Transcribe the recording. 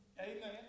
Amen